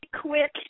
quick